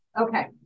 Okay